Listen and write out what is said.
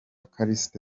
callixte